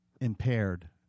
Impaired